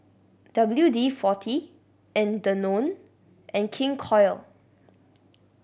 W D Forty and Danone and King Koil